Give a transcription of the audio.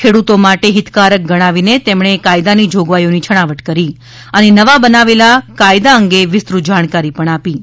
ખેડૂતો માટે હિતકારક ગણાવીને તેમણે કાયદાની જોગવાઇઓની છણાવટ કરી હતી અને નવા બનાવેલા કાયદા અંગે વિસ્તૃત જાણકારી પણ આપી હતી